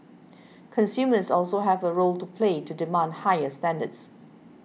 consumers also have a role to play to demand higher standards